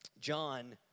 John